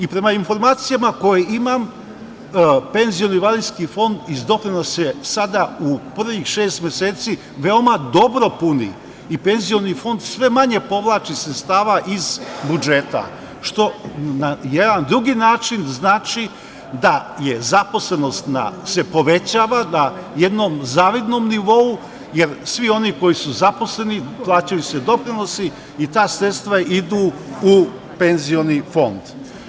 I prema informacijama koje imam, penziono-invalidski fond iz doprinosa se sada, u prvih šest meseci, veoma dobro puni i penzioni fond sve manje povlači sredstava iz budžeta, što na jedan drugi način znači da se zaposlenost povećava na jednom zavidnom nivou, jer za sve one koji su zaposleni plaćaju se doprinosi i ta sredstva idu u penzioni fond.